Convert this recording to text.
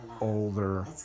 older